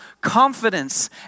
confidence